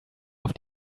auf